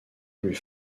plus